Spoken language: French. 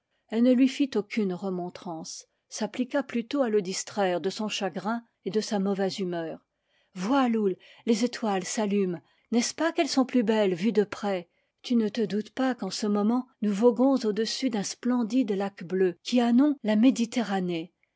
elle ne lui fit aucune remontrance s'appliqua plutôt à le distraire de son chagrin et de sa mau vaise humeur vois loull les étoiles s'allument n'est-ce pas qu'elles sont plus belles vues de près tu ne te doutes pas qu'en ce moment nous voguons au-dessus d'un splendide lac bleu qui a nom la méditerranée